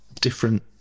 different